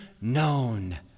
known